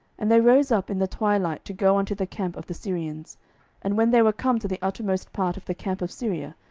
and they rose up in the twilight, to go unto the camp of the syrians and when they were come to the uttermost part of the camp of syria,